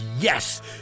Yes